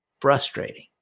frustrating